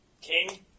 king